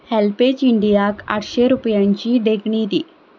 HelpAge इंडियाक आटशीं रुपयांची देगणी दी